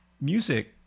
music